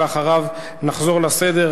ואחריו נחזור לסדר,